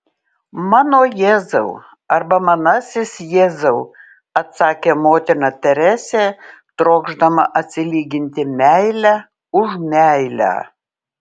mano jėzau arba manasis jėzau atsakė motina teresė trokšdama atsilyginti meile už meilę